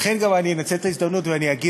לכן גם אני אנצל את ההזדמנות ואגיד,